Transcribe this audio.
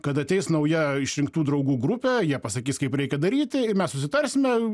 kad ateis nauja išrinktų draugų grupė jie pasakys kaip reikia daryti ir mes susitarsime